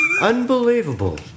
unbelievable